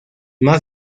más